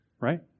Right